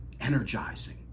energizing